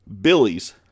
Billy's